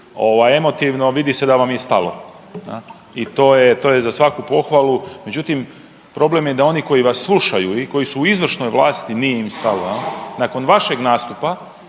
ovaj emotivno, vidi se da vam je stalo. I to je, to je za svaku pohvalu, međutim problem je da oni koji vas slušaju i koji u izvršnoj vlasti, nije im stalo. Nakon vašeg nastupa